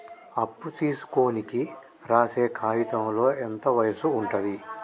అప్పు తీసుకోనికి రాసే కాయితంలో ఎంత వయసు ఉంటది?